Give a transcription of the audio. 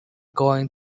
going